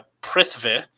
Prithvi